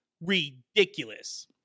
ridiculous